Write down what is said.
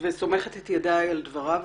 וסומכת את ידי על דבריו.